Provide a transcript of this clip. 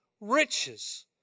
riches